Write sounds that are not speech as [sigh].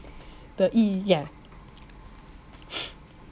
the yi yeah [breath]